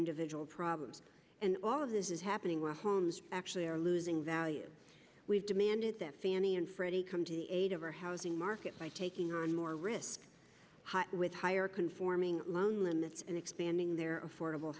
individual problems and all of this is happening where homes actually are losing value we've demanded that fannie and freddie come to the aid of our housing market by taking on more risk with higher conforming loan limits and expanding their affordable